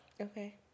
Okay